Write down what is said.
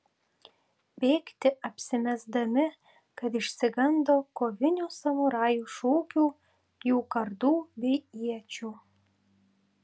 bėgti apsimesdami kad išsigando kovinių samurajų šūkių jų kardų bei iečių